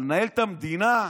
אבל לנהל את המדינה,